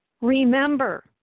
Remember